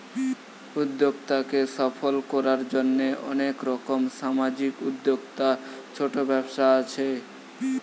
উদ্যোক্তাকে সফল কোরার জন্যে অনেক রকম সামাজিক উদ্যোক্তা, ছোট ব্যবসা আছে